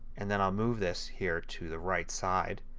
and then i'll move this here to the right side